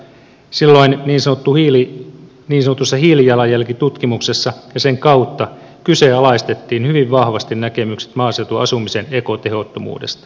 silloin niin sanotussa hiilijalanjälkitutkimuksessa ja sen kautta kyseenalaistettiin hyvin vahvasti näkemykset maaseutuasumisen ekotehottomuudesta